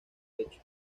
hecho